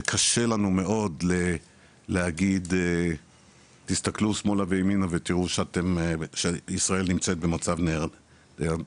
שקשה לנו מאוד להגיד תסתכלו שמאלה וימינה ותראו שישראל נמצאת במצב נהדר.